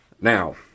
Now